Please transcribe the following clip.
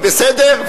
היא בסדר,